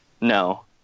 no